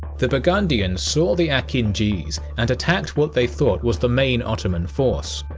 the burgundians saw the akinjis and attacked what they thought was the main ottoman force.